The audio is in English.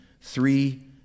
three